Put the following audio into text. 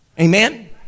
Amen